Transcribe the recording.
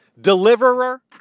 deliverer